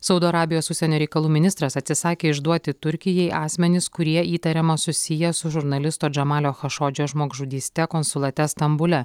saudo arabijos užsienio reikalų ministras atsisakė išduoti turkijai asmenis kurie įtariama susiję su žurnalisto džamalio chašodžio žmogžudyste konsulate stambule